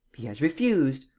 he has refused.